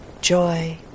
joy